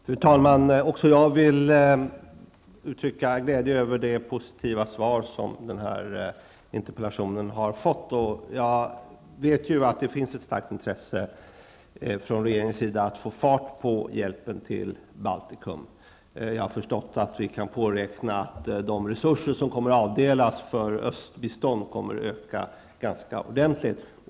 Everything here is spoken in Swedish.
Fru talman! Också jag vill uttrycka glädje över det positiva svar som den här interpellationen har fått. Jag vet att det finns ett starkt intresse från regeringens sida att få fart på hjälpen till Baltikum. Jag har förstått att vi kan påräkna att de resurser som kommer att avdelas för östbistånd kommer att öka ganska ordentligt.